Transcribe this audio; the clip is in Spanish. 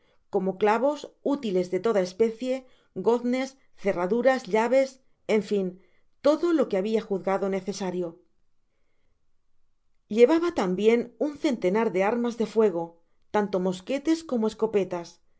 como clavos útiles de toda especie goznes cerraduras llaves en fin todo lo que habia juzgado necesario llevaba tambien un centenar de armas de fuego tanto mosquetes como escopetas